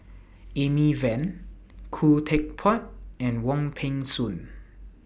Amy Van Khoo Teck Puat and Wong Peng Soon